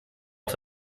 auf